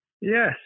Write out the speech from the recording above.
Yes